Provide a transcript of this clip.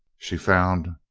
she found,